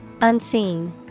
Unseen